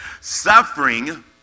Suffering